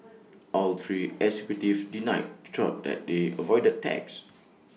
all three executives denied though that they avoided tax